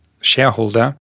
shareholder